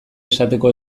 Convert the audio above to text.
esateko